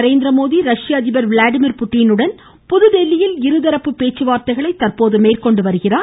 நரேந்திரமோடி ரஷ்ய அதிபர் விளாடிமிர் புடினுடன் புதுதில்லியில் இருதரப்பு பேச்சுவார்த்தைகளை தற்போது மேற்கொண்டு வருகிறார்